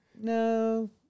no